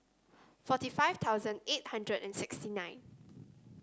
forty five thousand eight hundred and sixty nine